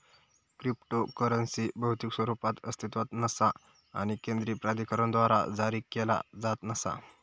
cryptocurrency भौतिक स्वरूपात अस्तित्वात नसा आणि केंद्रीय प्राधिकरणाद्वारा जारी केला जात नसा